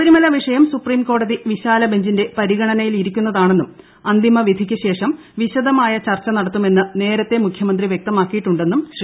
ശബരിമല വിഷയം സുപ്രീംകോടതി വിശാല ബഞ്ചിന്റെ പരിഗണനയിലിരിക്കുന്നതാണെന്നും അന്തിമ വിധിക്ക് ശേഷം വിശദമായ ചർച്ച നടത്തുമെന്ന് നേരത്തെ മുഖ്യമന്ത്രി വ്യക്തമാക്കിയിട്ടുണ്ടെന്നും ശ്രീ